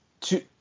two